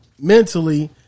mentally